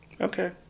Okay